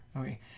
Okay